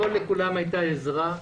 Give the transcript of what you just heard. לא לכולם הייתה עזרה.